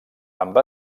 amb